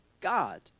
God